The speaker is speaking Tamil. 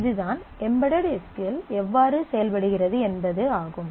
இதுதான் எம்பேடெட் எஸ் க்யூ எல் எவ்வாறு செயல்படுகிறது என்பது ஆகும்